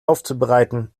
aufzubereiten